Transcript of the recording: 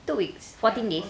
two weeks fourteen days